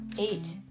eight